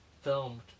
filmed